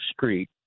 street